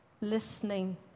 listening